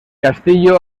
castillo